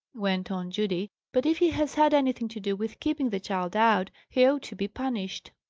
went on judy, but if he has had anything to do with keeping the child out, he ought to be punished.